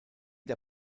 der